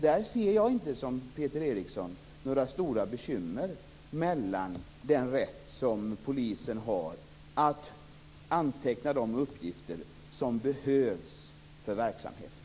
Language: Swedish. Där ser jag inte, som Peter Eriksson gör, några stora bekymmer med den rätt som polisen har att anteckna de uppgifter som behövs för verksamheten.